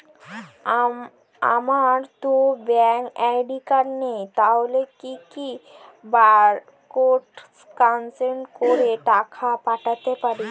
আমারতো bank account নেই তাহলে কি কি বারকোড স্ক্যান করে টাকা পাঠাতে পারি?